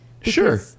Sure